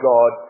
God